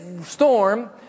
storm